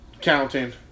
counting